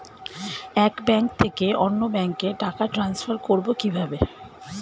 এক ব্যাংক থেকে অন্য ব্যাংকে টাকা ট্রান্সফার করবো কিভাবে?